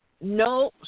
no